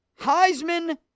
Heisman